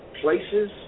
places